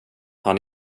han